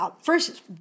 first